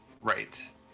right